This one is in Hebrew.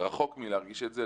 רחוק מלהרגיש את זה.